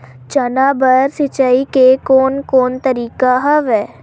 चना बर सिंचाई के कोन कोन तरीका हवय?